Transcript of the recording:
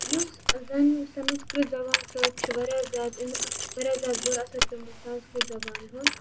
یُس زَن سَنسکرٕت زبانہِ سۭتۍ چھُ واریاہ زیادٕ اِمہِ اَتھ چھُ واریاہ زیادٕ بُرٕ اثر پیومُت سَنسکرٕت زبانہِ ہُند